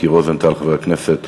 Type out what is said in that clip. חבר הכנסת